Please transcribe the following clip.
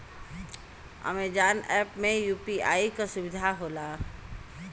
Amazon app में UPI क सुविधा होला